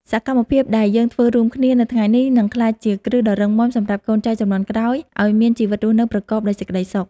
សកម្មភាពដែលយើងធ្វើរួមគ្នានៅថ្ងៃនេះនឹងក្លាយជាគ្រឹះដ៏រឹងមាំសម្រាប់កូនចៅជំនាន់ក្រោយឱ្យមានជីវិតរស់នៅប្រកបដោយសេចក្ដីសុខ។